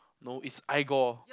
no it's